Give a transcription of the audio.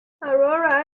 aurora